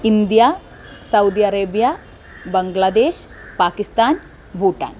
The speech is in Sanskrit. India Saudi Arabia Bangladesh Pakistan Bhutan